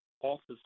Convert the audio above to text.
office